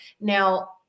Now